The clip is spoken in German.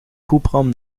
hubraum